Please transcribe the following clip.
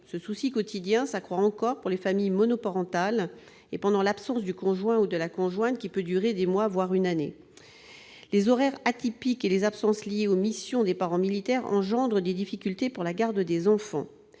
Ce souci quotidien est encore accru pour les familles monoparentales ou pendant l'absence du conjoint ou de la conjointe, qui peut durer des mois, voire une année. Les horaires atypiques et les absences liées aux missions des parents militaires engendrent des difficultés pour la garde des enfants.